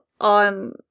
on